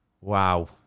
wow